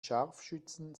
scharfschützen